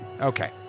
Okay